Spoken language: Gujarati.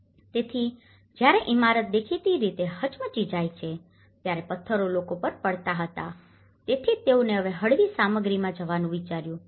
તેથી જ્યારે ઇમારત દેખીતી રીતે હચમચી જાય છે ત્યારે પત્થરો લોકો પર પડતા હતા તેથી જ તેઓએ હળવી સામગ્રી માં જવાનું વિચાર્યું